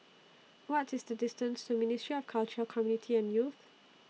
What IS The distance to Ministry of Culture Community and Youth